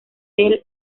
del